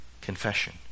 Confession